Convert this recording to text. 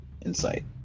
Insight